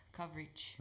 coverage